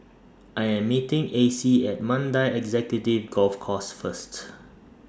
I Am meeting Acey At Mandai Executive Golf Course First